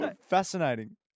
Fascinating